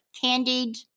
candied